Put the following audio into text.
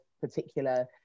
particular